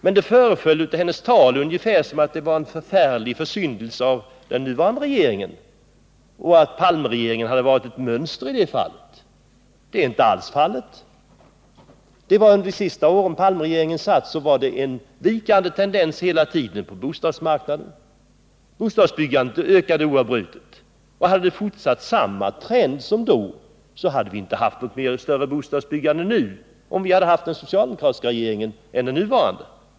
Men det föreföll av hennes tal som om det var en förfärlig försyndelse av den nuvarande regeringen och att Palmeregeringen hade varit ett mönster i det fallet. Det är inte alls så. Under de sista åren som Palmeregeringen satt var det hela tiden en vikande tendens på bostadsmarknaden. Bostadsbyggandet minskade oavbrutet. Hade samma trend fortsatt, så hade vi inte haft något större bostadsbyggande nu med en socialdemokratisk regering än med den nuvarande.